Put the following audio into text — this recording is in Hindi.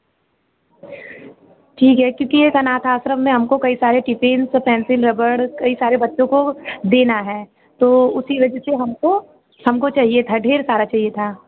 ठीक है क्योंकि एक अनाथ आश्रम में हमको कई सारे टिपिन्स और पेंसिल रबड कई सारे बच्चों को देना है तो उसी वजह से हमको हमको चाहिए था ढेर सारा चाहिए था